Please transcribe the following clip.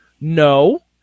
No